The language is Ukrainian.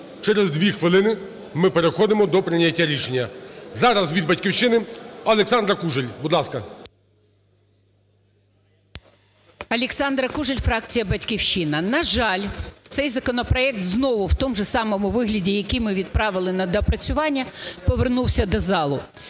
Через 2 хвилини ми переходимо до прийняття рішення. Зараз від "Батьківщини" Олександра Кужель, будь ласка. 13:23:05 КУЖЕЛЬ О.В. Олександра Кужель, фракція "Батьківщина". На жаль, цей законопроект в тому ж самому вигляді, який ми відправили на доопрацювання, повернувся до залу.